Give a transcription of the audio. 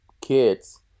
kids